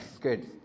Good